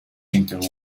inter